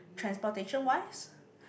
transportation wise